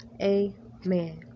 amen